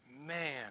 man